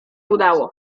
udało